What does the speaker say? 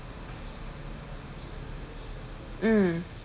mm